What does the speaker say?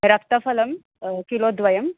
रक्तफ़लं kilo द्वयम्